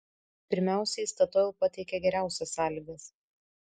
pirmiausiai statoil pateikė geriausias sąlygas